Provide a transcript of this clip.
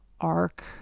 arc